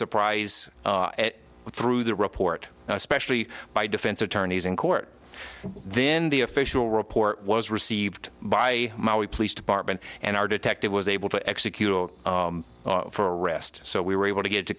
surprise through the report especially by defense attorneys in court then the official report was received by my we police department and our detective was able to execute for arrest so we were able to get